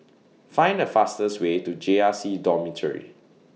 Find The fastest Way to J R C Dormitory